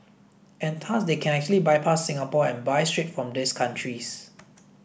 and thus they can actually bypass Singapore and buy straight from these countries